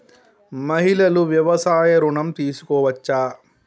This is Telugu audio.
మహిళలు వ్యవసాయ ఋణం తీసుకోవచ్చా?